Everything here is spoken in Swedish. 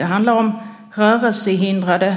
Det handlar om rörelsehindrade,